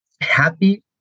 happy